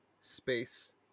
space